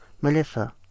Melissa